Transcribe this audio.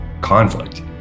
conflict